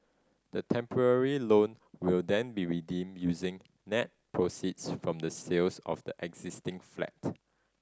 the temporary loan will then be redeemed using net proceeds from the sales of the existing flat